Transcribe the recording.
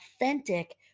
authentic